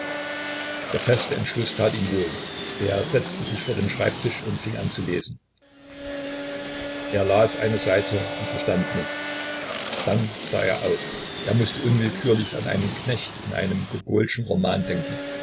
der feste entschluß tat ihm wohl er setzte sich vor den schreibtisch und fing an zu lesen er las eine seite und verstand nichts dann sah er auf er mußte unwillkürlich an einen knecht in einem gogelschen roman denken